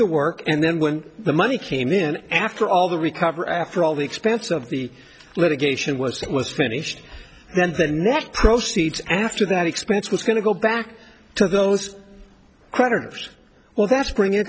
the work and then when the money came in after all the recover after all the expense of the litigation was that was finished then the net proceeds after that expense was going to go back to those creditors well that spring